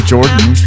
Jordan